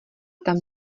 tam